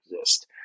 exist